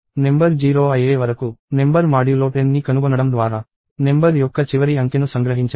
number 0 అయ్యే వరకు number modulo 10ని కనుగొనడం ద్వారా నెంబర్ యొక్క చివరి అంకెను సంగ్రహించండి